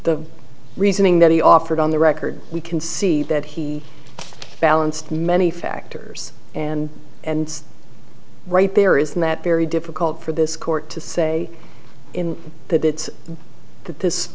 the reasoning that he offered on the record we can see that he balanced many factors and and right there is that very difficult for this court to say that it's that this